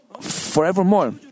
forevermore